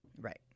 Right